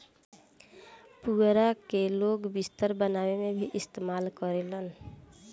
पुआरा के लोग बिस्तर बनावे में भी इस्तेमाल करेलन